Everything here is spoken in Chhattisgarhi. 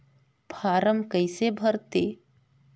फारम कइसे भरते?